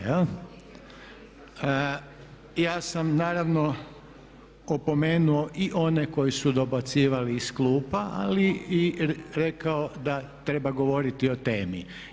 Ja sam naravno opomenuo i one koji su dobacivali iz klupa ali i rekao da treba govoriti o temi.